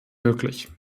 möglich